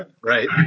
Right